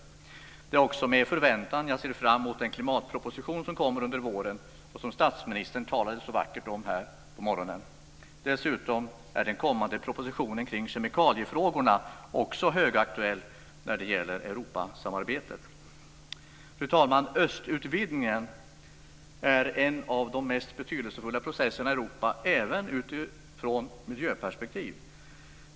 Det är också med förväntan jag ser fram mot den klimatproposition som kommer under våren och som statsministern talade så vackert om här på morgonen. Dessutom är den kommande propositionen kring kemikaliefrågorna också högaktuell när det gäller Fru talman! Östutvidgningen är en av de mest betydelsefulla processerna i Europa, även utifrån ett miljöperspektiv.